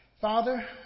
Father